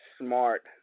smart